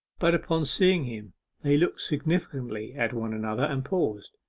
but upon seeing him they looked significantly at one another, and paused.